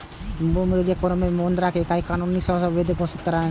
विमुद्रीकरण कोनो मुद्रा इकाइ कें कानूनी रूप सं अवैध घोषित करनाय छियै